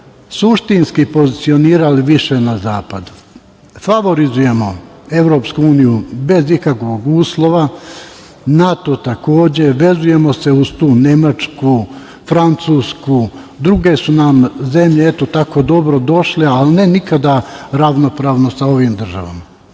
suštinski pozicionirali više na zapad. Favorizujemo Evropsku uniju, bez ikakvih uslova, NATO takođe, vezujemo se uz tu Nemačku, Francusku, druge su nam zemlje, eto tako, dobrodošle, ali ne nikada ravnopravno sa ovim državama. Sve